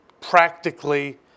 practically